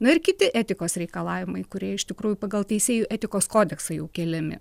na ir kiti etikos reikalavimai kurie iš tikrųjų pagal teisėjų etikos kodeksą jau keliami